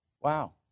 Wow